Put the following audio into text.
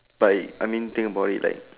but I mean think about like